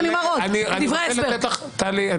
רוטמן, 12:34)